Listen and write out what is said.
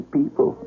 people